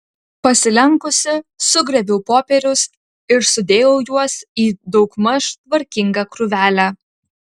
pasilenkusi sugrėbiau popierius ir sudėjau juos į daugmaž tvarkingą krūvelę